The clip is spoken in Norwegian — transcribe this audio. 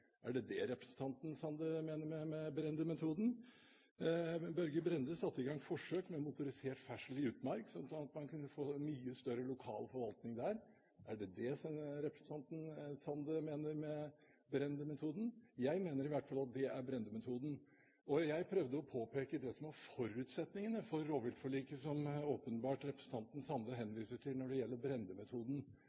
Er det det representanten Sande mener med Brende-metoden? Børge Brende satte i gang forsøk med motorisert ferdsel i utmark, slik at man kunne få mye større lokal forvaltning der. Er det det representanten Sande mener med Brende-metoden? Jeg mener i hvert fall at det er Brende-metoden. Jeg prøvde å påpeke det som var forutsetningen for rovviltforliket, som representanten Sande åpenbart henviste til når det gjelder